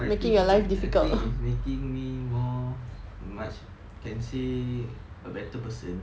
mm I think I think it's making me more much can say a better person